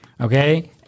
Okay